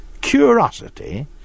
Curiosity